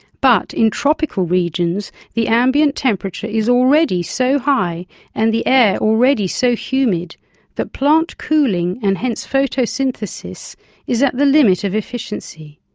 but in tropical regions the ambient temperature is already so high and the air already so humid that plant cooling and hence photosynthesis is at the limit of efficiency.